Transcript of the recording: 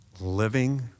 living